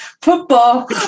Football